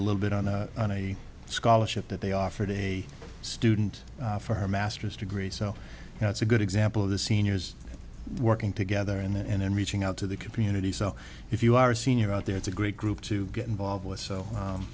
a little bit on a on a scholarship that they offered a student for her master's degree so you know it's a good example of the seniors working together and reaching out to the community so if you are a senior out there it's a great group to get involved with so